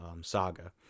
saga